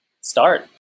Start